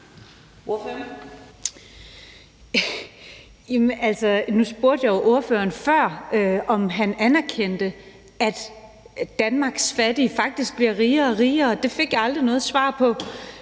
Nu spurgte jeg jo ordføreren før, om han anerkendte, at Danmarks fattige faktisk bliver rigere og rigere. Det fik jeg aldrig noget svar på.